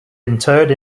interred